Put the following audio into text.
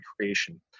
creation